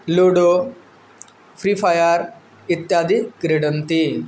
ludo Free Fire इत्यादि क्रीडन्ति